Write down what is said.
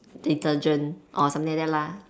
detergent or something like that lah